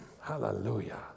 Hallelujah